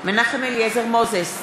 מנחם אליעזר מוזס,